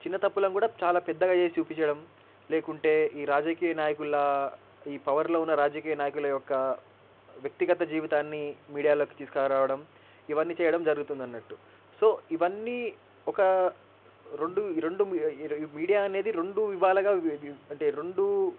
చిన్న తప్పులను కూడా చాలా పెద్దగా చేసి చూపించడం లేకుంటే ఈ రాజకీయ నాయకుల్లా ఈ పవర్లో ఉన్న రాజకీయ నాయకుల యొక్క వ్యక్తిగత జీవితాన్ని మీడియాలోకి తీసుకురావడం ఇవన్నీ చేయడం జరుగుతుందన్నట్టు సో ఇవన్నీ ఒక రెండు రెండు మీడియా అనేది రెండు ఇవాళగా అంటే రెండు